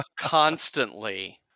Constantly